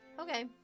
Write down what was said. okay